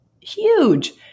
huge